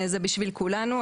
זה בשביל כולנו,